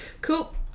Cool